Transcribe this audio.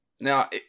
Now